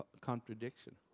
contradiction